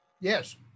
Yes